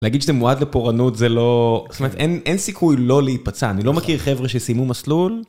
להגיד שזה מועד לפורענות זה לא, זאת אומרת אין סיכוי לא להיפצע, אני לא מכיר חבר'ה שסיימו מסלול.